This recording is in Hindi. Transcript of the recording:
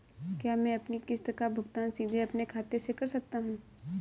क्या मैं अपनी किश्त का भुगतान सीधे अपने खाते से कर सकता हूँ?